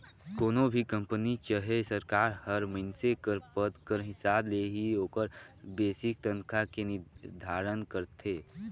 कोनो भी कंपनी चहे सरकार हर मइनसे कर पद कर हिसाब ले ही ओकर बेसिक तनखा के निरधारन करथे